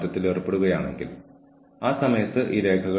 കുറ്റപ്പെടുത്തുന്ന സ്വരത്തിൽ തെറ്റുകളോട് പ്രതികരിക്കരുത്